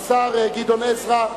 השר גדעון עזרא.